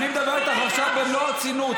אני מדבר איתך עכשיו במלוא הרצינות.